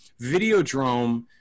Videodrome